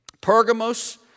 Pergamos